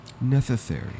Necessary